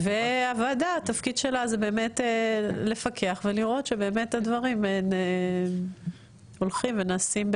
והוועדה התפקיד שלה הוא לפקח ולראות שהדברים הולכים ונעשים,